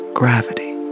gravity